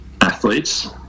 athletes